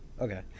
Okay